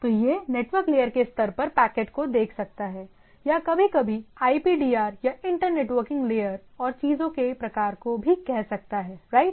तो यह network layer के स्तर पर पैकेट को देख सकता है या कभी कभी IPDR या इंटर नेटवर्किंग लेयर और चीजों के प्रकार को भी कह सकता है राइट